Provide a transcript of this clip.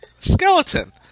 Skeleton